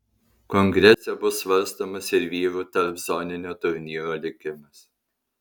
kongrese bus svarstomas ir vyrų tarpzoninio turnyro likimas